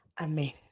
amen